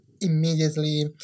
immediately